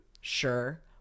sure